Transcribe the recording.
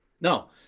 no